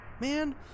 Man